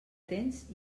tens